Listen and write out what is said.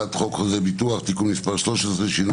הצעת חוק חוזה הביטוח (תיקון מס' 13) (שינוי